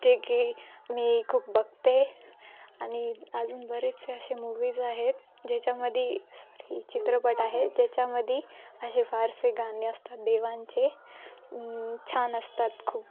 जे की मी खूप बघते आणि अजून बरेचसे असे मूव्हीज आहेत ज्याच्यामध्ये सॉरी चित्रपट आहे ज्याच्यामध्ये असे फारसे गाणे असतात देवांचे छान असतात खूप